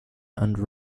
and